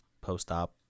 post-op